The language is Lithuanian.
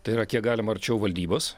tai yra kiek galima arčiau valdybos